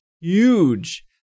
huge